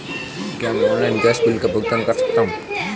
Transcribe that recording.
क्या मैं online gas bill का भुगतान कर सकता हूँ?